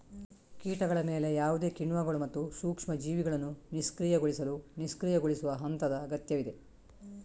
ಕೀಟಗಳ ಮೇಲೆ ಯಾವುದೇ ಕಿಣ್ವಗಳು ಮತ್ತು ಸೂಕ್ಷ್ಮ ಜೀವಿಗಳನ್ನು ನಿಷ್ಕ್ರಿಯಗೊಳಿಸಲು ನಿಷ್ಕ್ರಿಯಗೊಳಿಸುವ ಹಂತದ ಅಗತ್ಯವಿದೆ